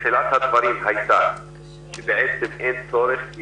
שאלת הדברים היתה שבעצם אין צורך כי